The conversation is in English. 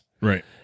right